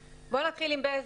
נתחיל עם בזק.